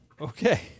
okay